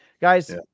Guys